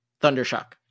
Thundershock